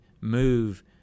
move